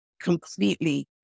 completely